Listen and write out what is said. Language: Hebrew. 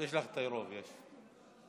יש לך רוב, יש.